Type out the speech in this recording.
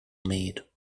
meet